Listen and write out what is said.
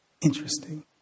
Interesting